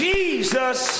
Jesus